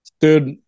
Dude